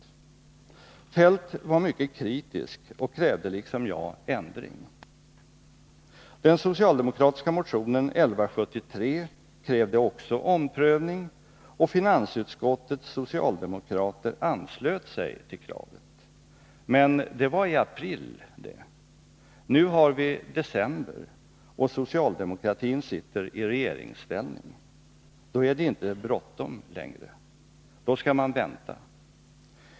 Kjell-Olof Feldt var mycket kritisk och krävde liksom jag ändring. I den socialdemokratiska motionen 1173 krävde man också omprövning, och finansutskottets socialdemokrater anslöt sig till kravet. Men det var i april, det. Nu har vi december, och socialdemokraterna sitter i regeringsställning. Då är det inte bråttom längre. Då skall man vänta.